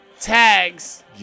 tags